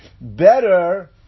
better